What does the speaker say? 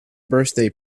birthday